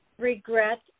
regret